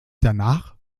danach